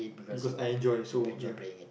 because I enjoy so ya